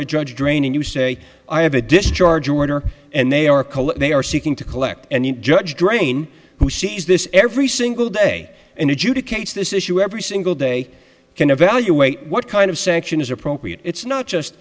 of judge drain and you say i have a discharge order and they are they are seeking to collect and the judge drain who sees this every single day and adjudicates this issue every single day can evaluate what kind of sanction is appropriate it's not just